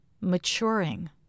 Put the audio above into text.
maturing